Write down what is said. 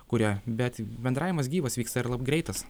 kurie bet bendravimas gyvas vyksta ir labai greitas